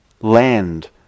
land